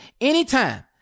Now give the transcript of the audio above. anytime